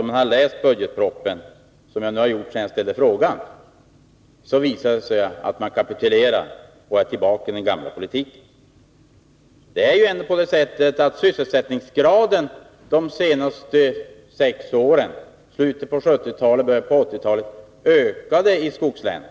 Om man har läst budgetpropositionen, som jag har gjort sedan jag ställde frågan, finner man att regeringen kapitulerar och är tillbaka i den gamla politiken. Det är ändå på det sättet att sysselsättningsgraden under de senaste sex åren —islutet av 1970-talet och början av 1980-talet — ökade i skogslänen.